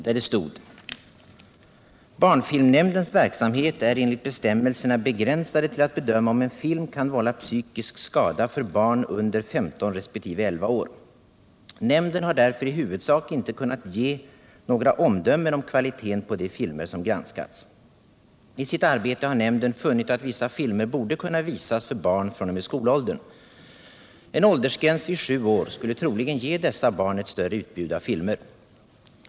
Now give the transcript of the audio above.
Där stod det: ”Barnfilmnämndens verksamhet är enligt bestämmelserna begränsade till att bedöma om en film kan vålla psykisk skada för barn under 15 respektive 11 år. Nämnden har därför i huvudsak inte kunnat ge några omdömen om kvalitén på de filmer som granskats. I sitt arbete har nämnden funnit att vissa filmer borde kunna visas för barn fr.o.m. skolåldern. En åldersgräns vid 7 år skulle troligen ge dessa barn ett större utbud av filmer.